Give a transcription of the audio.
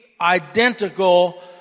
identical